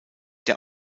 der